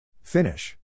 Finish